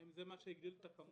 האם זה מה שהגדיל את הכמות?